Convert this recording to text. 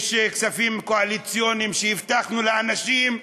יש כספים קואליציוניים שהבטחנו לאנשים,